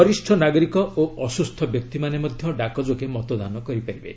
ବରିଷ୍ଣ ନାଗରିକ ଓ ଅସୁସ୍ଥ ବ୍ୟକ୍ତିମାନେ ମଧ୍ୟ ଡାକଯୋଗେ ମତଦାନ କରିବେ